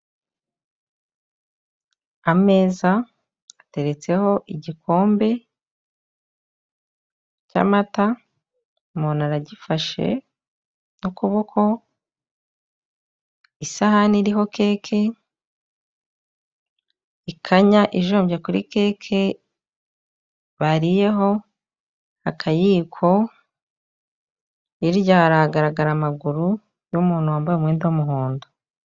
Ameza, ateretseho igikombe cy'amata, umuntu aragifashe n'ukuboko, isahani iriho keke, ikanya ijombye kuri keke bariyeho, akayiko, hirya haragaragara amaguru y'umuntu wambaye umwenda w'umuhondo.